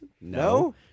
No